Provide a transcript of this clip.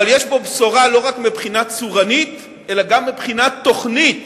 אבל יש פה בשורה לא רק מבחינה צורנית אלא גם מבחינה תוכנית,